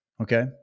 okay